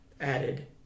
added